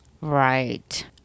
Right